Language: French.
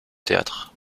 théâtre